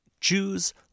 Jews